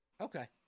Okay